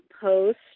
post